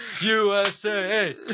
USA